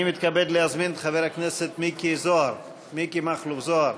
אני מתכבד להזמין את חבר הכנסת מכלוף מיקי זוהר,